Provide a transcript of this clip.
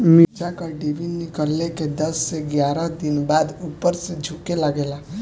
मिरचा क डिभी निकलले के दस से एग्यारह दिन बाद उपर से झुके लागेला?